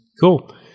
Cool